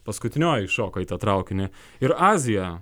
paskutinioji šoka į tą traukinį ir azija